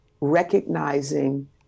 recognizing